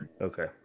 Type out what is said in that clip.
Okay